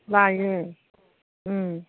बायो उम